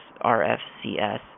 R-F-C-S